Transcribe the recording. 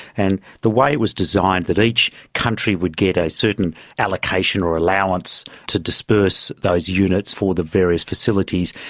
and the way it was designed, that each country would get a certain allocation or allowance to disperse those units for the various facilities,